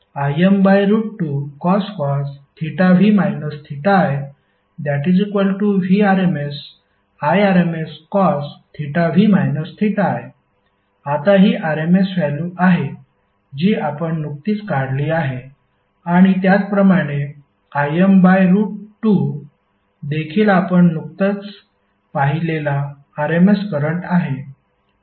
PVm2Im2cos v i Vrms Irmscosv i आता हि RMS value आहे जी आपण नुकतीच काढली आहे आणि त्याचप्रमाणे im बाय रूट 2 देखील आपण नुकताच पाहिलेला RMS करंट आहे